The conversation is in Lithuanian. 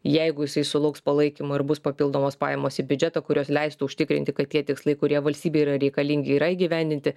jeigu jisai sulauks palaikymo ir bus papildomos pajamos į biudžetą kurios leistų užtikrinti kad tie tikslai kurie valstybei yra reikalingi yra įgyvendinti